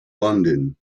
london